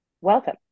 welcome